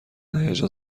هیجان